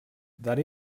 that